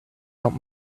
out